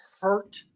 hurt